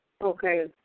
Okay